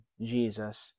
Jesus